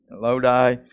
Lodi